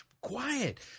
quiet